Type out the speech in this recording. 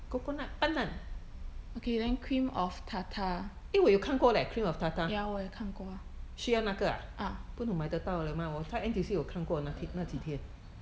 okay then cream of tartar ya 我有看过啊 ah